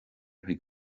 chuig